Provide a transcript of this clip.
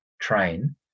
train